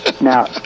Now